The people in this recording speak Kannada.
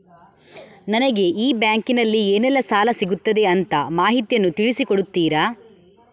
ನನಗೆ ಈ ಬ್ಯಾಂಕಿನಲ್ಲಿ ಏನೆಲ್ಲಾ ಸಾಲ ಸಿಗುತ್ತದೆ ಅಂತ ಮಾಹಿತಿಯನ್ನು ತಿಳಿಸಿ ಕೊಡುತ್ತೀರಾ?